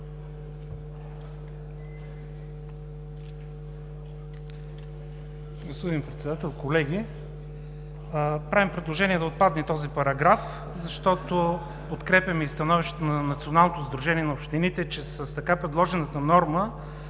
Господин Председател, колеги! Правим предложение да отпадне този параграф, защото подкрепяме становището на Националното сдружение на общините, че с предложената норма